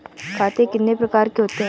खाते कितने प्रकार के होते हैं?